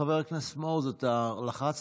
חבר הכנסת מעוז, אתה לחצת?